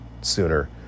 sooner